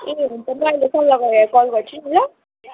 ए हुन्छ म अहिले सल्लाह गरेर कल गर्छु नि ल